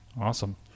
Awesome